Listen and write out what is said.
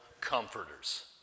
comforters